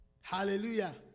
Hallelujah